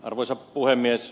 arvoisa puhemies